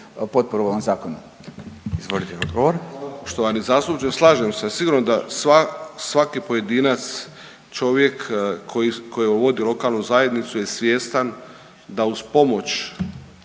odgovor. **Deur, Ante (HDZ)** Poštovani zastupniče slažem se. Sigurno da svaki pojedinac, čovjek koji vodi lokalnu zajednicu je svjestan da uz pomoć